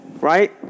right